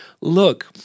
look